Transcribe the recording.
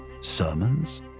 sermons